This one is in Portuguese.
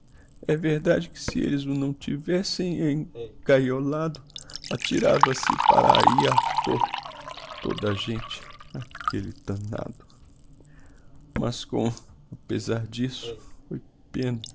é verdade que se elles o não tivessem en gaiolado atirava-se para ahi a to toda a gente aquelle damnado mas com apezar d'isso foi